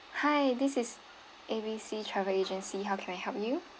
hi this is A B C travel agency how can I help you